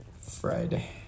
Friday